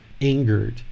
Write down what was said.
angered